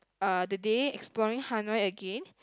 uh the day exploring Hanoi again